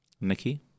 Nikki